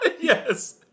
Yes